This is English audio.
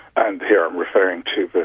and here i'm referring to but